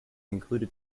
included